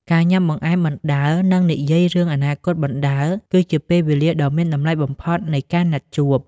ការញ៉ាំបង្អែមបណ្ដើរ និងនិយាយរឿងអនាគតបណ្ដើរ គឺជាពេលវេលាដ៏មានតម្លៃបំផុតនៃការណាត់ជួប។